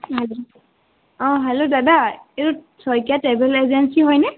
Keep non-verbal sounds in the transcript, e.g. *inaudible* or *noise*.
*unintelligible* অ' hello দাদা এইটো Saikia travel agency হয়নে